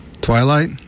Twilight